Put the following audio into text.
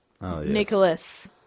Nicholas